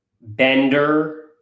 Bender